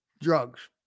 drugs